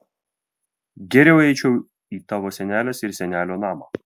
geriau eičiau į tavo senelės ir senelio namą